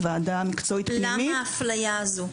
לוועדה מקצועית פנימית --- למה האפליה הזו?